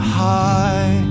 high